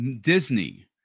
Disney